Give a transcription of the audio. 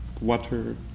water